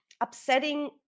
upsetting